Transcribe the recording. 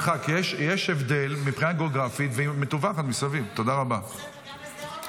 היו"ר ניסים ואטורי: גלעד קריב (העבודה): איפה מטולה וקריית שמונה?